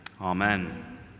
Amen